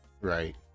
right